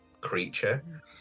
creature